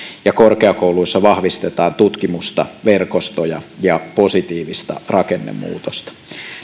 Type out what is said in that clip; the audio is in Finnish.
ja korkeakouluissa vahvistetaan tutkimusta verkostoja ja positiivista rakennemuutosta